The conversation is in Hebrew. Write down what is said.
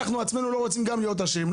אנחנו עצמנו לא רוצים גם כן להיות עשירים.